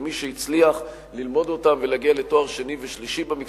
ומי שהצליח ללמוד אותם ולהגיע לתואר שני ושלישי בהם,